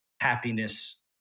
happiness